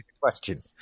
question